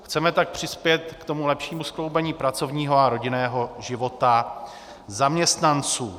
Chceme tak přispět k lepšímu skloubení pracovního a rodinného života zaměstnanců.